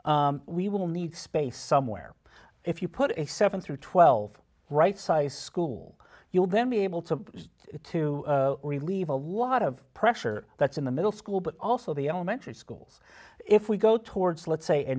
we will need space somewhere if you put a seven through twelve right size school you'll then be able to to relieve a lot of pressure that's in the middle school but also the elementary schools if we go towards let's say a